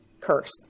curse